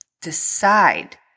decide